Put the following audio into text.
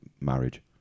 marriage